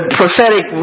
prophetic